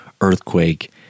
earthquake